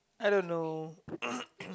I don't know